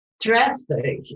Drastic